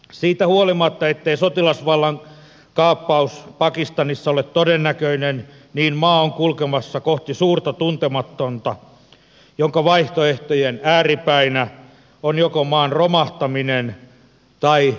siitä huolimatta ettei sotilasvallankaappaus pakistanissa ole todennäköinen niin maa on kulkemassa kohti suurta tuntematonta jonka vaihtoehtojen ääripäinä on joko maan romahtaminen tai kehittyvä demokratia